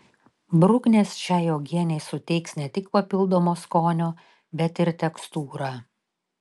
bruknės šiai uogienei suteiks ne tik papildomo skonio bet ir tekstūrą